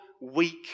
weak